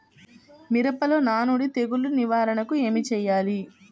మిరపలో నానుడి తెగులు నివారణకు ఏమి చేయాలి?